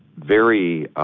very